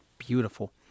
Beautiful